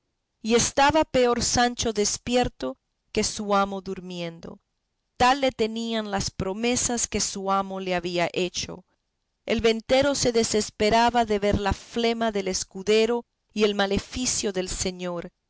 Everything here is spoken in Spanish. y estaba peor sancho despierto que su amo durmiendo tal le tenían las promesas que su amo le había hecho el ventero se desesperaba de ver la flema del escudero y el maleficio del señor